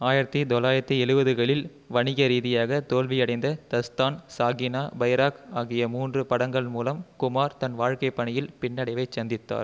ஆயிரத்தி தொள்ளாயிரத்தி எழுபதுகளில் வணிக ரீதியாக தோல்வியடைந்த தஸ்தான் சாகினா பைராக் ஆகிய மூன்று படங்கள் மூலம் குமார் தன் வாழ்க்கை பணியில் பின்னடைவைச் சந்தித்தார்